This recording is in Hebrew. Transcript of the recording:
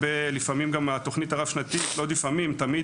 התוכנית הרב-שנתית נקבעת תמיד